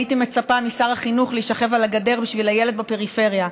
הייתי מצפה משר החינוך להישכב על הגדר בשביל הילד בפריפריה,